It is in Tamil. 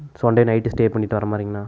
so one day night stay பண்ணிவிட்டு வர மாதிரிங்கண்ணா